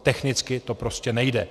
Technicky to prostě nejde.